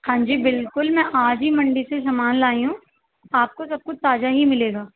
ہاں جی بالکل میں آج ہی منڈی سے سامان لائی ہوں آپ کو سب کچھ تازہ ہی ملے گا